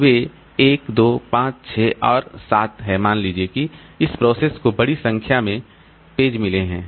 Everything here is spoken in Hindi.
तो वे 1 2 5 6 और 7 मान लीजिए कि इस प्रोसेस को बड़ी संख्या में पेज मिले हैं